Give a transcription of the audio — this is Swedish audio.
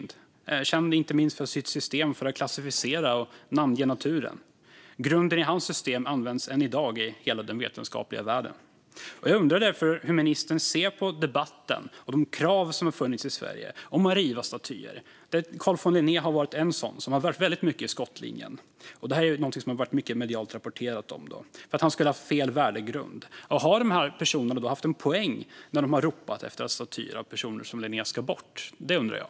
Han är känd inte minst för sitt system för att klassificera och namnge naturen, och grunden i hans system används än i dag i hela den vetenskapliga världen. Jag undrar därför hur ministern ser på debatten och de krav som har funnits i Sverige på att riva statyer. Carl von Linné är en sådan person som har varit väldigt mycket i skottlinjen. Det har varit mycket medial rapportering om att han ska ha haft fel värdegrund. Jag undrar: Har de personer som har ropat på att statyer av personer som Linné ska bort en poäng?